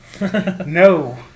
No